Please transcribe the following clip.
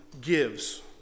gives